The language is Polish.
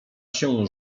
się